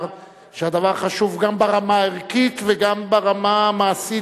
שהדבר חשוב גם ברמה הערכית וגם ברמה המעשית,